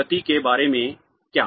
गति के बारे में क्या